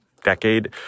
Decade